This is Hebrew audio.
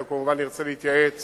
אני כמובן ארצה להתייעץ